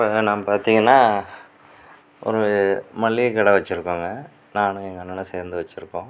இப்போ நான் பார்த்திங்கனா ஒரு மளிகை கடை வச்சியிருக்கோங்க நானும் எங்கள் அண்ணனும் சேர்ந்து வச்சியிருக்கோம்